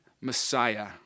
Messiah